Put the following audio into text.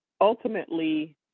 ultimately